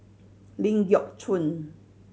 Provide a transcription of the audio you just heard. Ling Geok Choon